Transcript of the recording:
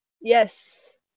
Yes